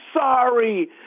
sorry